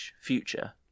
future